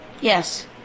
Yes